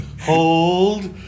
Hold